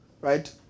right